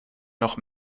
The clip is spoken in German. noch